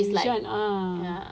eh this one ah